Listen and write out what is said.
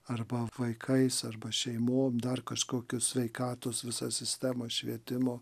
arba vaikais arba šeimom dar kažkokios sveikatos visa sistema švietimo